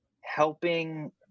helping